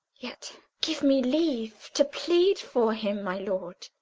yet give me leave to plead for him, my lord.